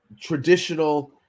traditional